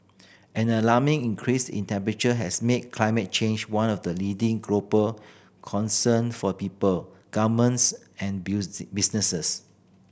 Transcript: an alarming increase in temperature has made climate change one of the leading global concern for people governments and businesses